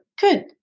good